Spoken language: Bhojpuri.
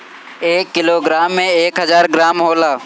एक किलोग्राम में एक हजार ग्राम होला